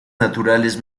naturales